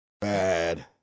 Bad